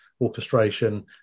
orchestration